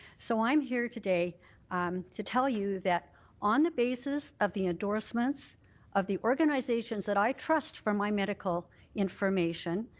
so i'm here today to tell you that on the basis of the endorsements of the organizations that i trust for my medical information,